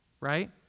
right